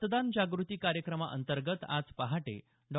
मतदान जागृती कार्यक्रमांतर्गत आज पहाटे डॉ